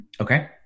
Okay